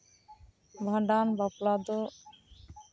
ᱵᱷᱟᱸᱰᱟᱱ ᱵᱟᱯᱞᱟ ᱫᱚ